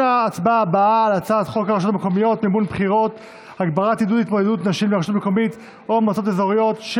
עידוד ייצוג נשים במועצות אזוריות),